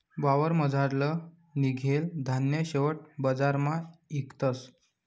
वावरमझारलं निंघेल धान्य शेवट बजारमा इकतस